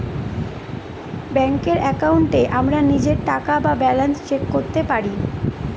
ব্যাঙ্কের একাউন্টে আমরা নিজের টাকা বা ব্যালান্স চেক করতে পারি